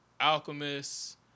Alchemist